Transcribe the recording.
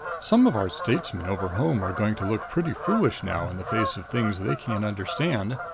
some of our statesmen over home are going to look pretty foolish now in the face of things they can't understand,